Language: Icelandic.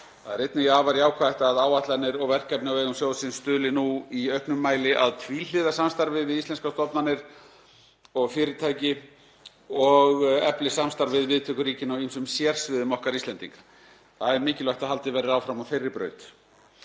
Það er einnig afar jákvætt að áætlanir og verkefni á vegum sjóðsins stuðli nú í auknum mæli að tvíhliða samstarfi við íslenskar stofnanir og fyrirtæki og efli samstarf við viðtökuríkin á ýmsum sérsviðum okkar Íslendinga. Það er mikilvægt að haldið verði áfram á þeirri braut.